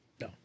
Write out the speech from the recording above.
No